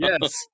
yes